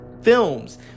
Films